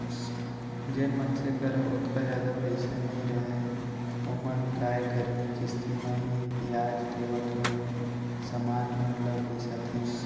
जेन मनसे करा ओतका जादा पइसा नइ रहय ओमन काय करहीं किस्ती म ही बियाज देवत होय समान मन ल बिसाथें